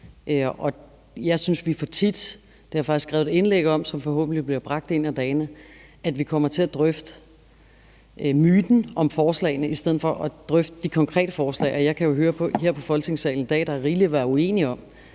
Jeg synes, at vi, og det har jeg faktisk skrevet et indlæg om, som forhåbentlig bliver bragt en af dagene, for tit kommer til at drøfte myten om forslagene i stedet for at drøfte de konkrete forslag. Jeg kan jo høre her i Folketingssalen i dag, at der er rigeligt at være uenige om.